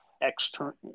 externally